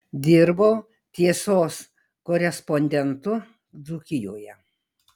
dirbau tiesos korespondentu dzūkijoje